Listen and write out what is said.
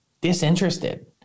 disinterested